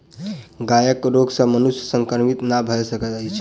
गायक रोग सॅ मनुष्य संक्रमित नै भ सकैत अछि